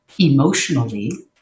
emotionally